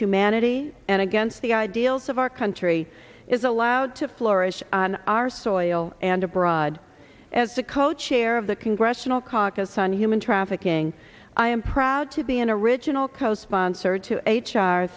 humanity and against the ideals of our country is allowed to flourish on our soil and abroad as the co chair of the congressional caucus on human trafficking i am proud to be an original co sponsor to h